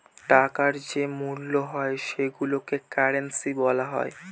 টাকার যে মূল্য হয় সেইগুলোকে কারেন্সি বলা হয়